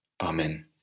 Amen